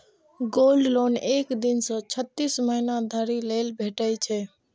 gold loan एक दिन सं छत्तीस महीना धरि लेल भेटै छै